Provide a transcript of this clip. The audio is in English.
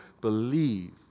believe